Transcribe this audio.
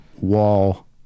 wall